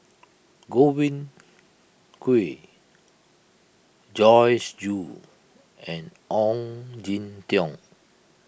Godwin Koay Joyce Jue and Ong Jin Teong